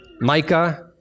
Micah